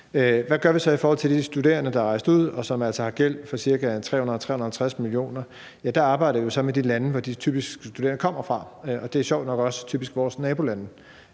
Hvad gør vi så i forhold til de studerende, der er rejst ud, og som altså har gæld for ca. 350 mio. kr.? Ja, der arbejder vi sammen med de lande, som de studerende typisk kommer fra, og det er sjovt nok typisk vores nabolande.